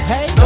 Hey